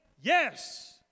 yes